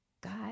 God